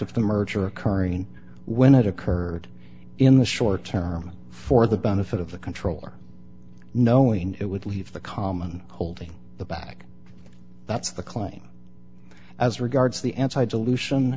of the merger occurring when it occurred in the short term for the benefit of the controller knowing it would leave the common holding the back that's the claim as regards the anti dilution